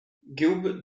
gilbert